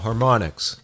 Harmonics